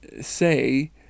say